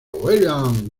william